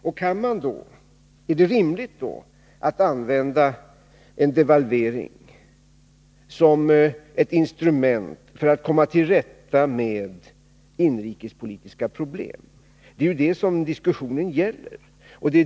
Är det i så fall rimligt att använda en devalvering som ett instrument för att komma till rätta med inrikespolitiska problem? Det är ju detta som diskussionen gäller.